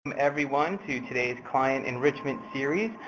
um everyone, to today's client enrichment series.